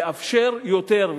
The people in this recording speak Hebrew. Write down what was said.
לאפשר יותר,